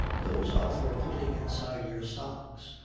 those are for putting inside your socks.